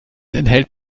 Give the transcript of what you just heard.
enthält